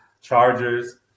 Chargers